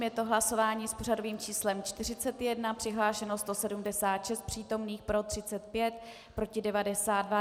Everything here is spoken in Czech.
Je to hlasování s pořadovým číslem 41, přihlášeno 176 přítomných, pro 35, proti 92.